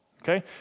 Okay